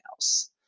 else